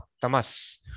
tamas